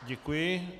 Děkuji.